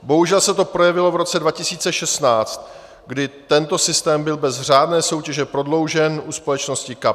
Bohužel se to projevilo v roce 2016, kdy tento systém byl bez řádné soutěže prodloužen u společnosti Kapsch.